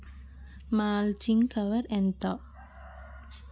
Mulching cover ఎంత?